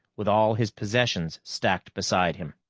with all his possessions stacked beside him.